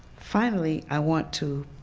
finally, i want to